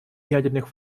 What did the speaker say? ядерных